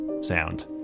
sound